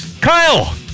Kyle